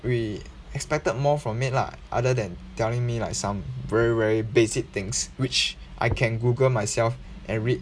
we expected more from it lah other than telling me like some very very basic things which I can google myself and read